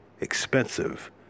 expensive